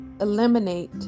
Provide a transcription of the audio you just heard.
eliminate